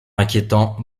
inquiétant